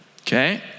okay